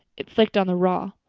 it flicked on the raw.